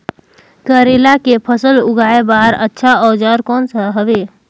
करेला के फसल उगाई बार अच्छा औजार कोन सा हवे?